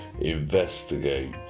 investigate